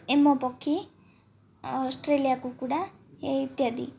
emu ପକ୍ଷୀ Australia କୁକୁଡ଼ା ଏ ଇତ୍ୟାଦି